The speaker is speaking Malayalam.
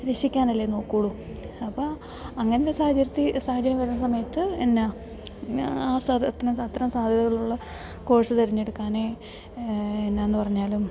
രക്ഷിക്കാനല്ലേ നോക്കോളും അപ്പം അങ്ങനത്തെ സാഹചര്യത്തിൽ സാഹചര്യം വരണ സമയത്ത് എന്ന ആ അ അത്തരം സാധ്യതകൾ ഉള്ള കോഴ്സ് തെരഞ്ഞെടുക്കാനേ എന്നാന്ന് പറഞ്ഞാലും